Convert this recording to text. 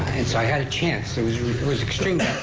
and so i had a chance, it was was extremely